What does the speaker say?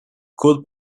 could